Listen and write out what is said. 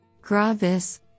Gravis